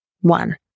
one